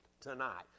tonight